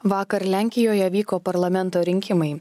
vakar lenkijoje vyko parlamento rinkimai